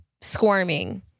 Squirming